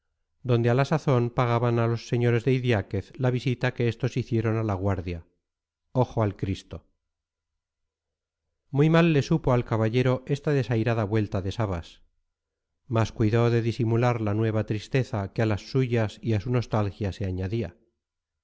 donde a la sazón pagaban a los sres de idiáquez la visita que estos hicieron a la guardia ojo al cristo muy mal le supo el caballero esta desairada vuelta de sabas mas cuidó de disimular la nueva tristeza que a las suyas y a su nostalgia se añadía